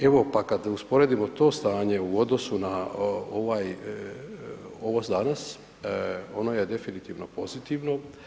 Evo pa kad usporedimo to stanje u odnosu na ovo danas, ono je definitivno pozitivno.